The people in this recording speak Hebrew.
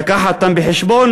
להביא אותם בחשבון,